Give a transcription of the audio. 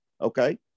okay